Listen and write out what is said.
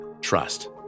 Trust